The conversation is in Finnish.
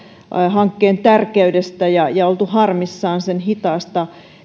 hankkeen tärkeydestä ja ja oltu harmissaan sen hitaasta